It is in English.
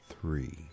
three